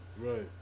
Right